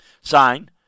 sign